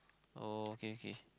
oh okay okay